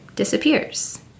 Disappears